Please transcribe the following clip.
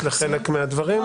וגם אם לא לשם רציתם לכוון,